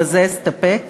ובזה אסתפק: